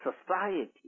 society